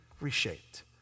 reshaped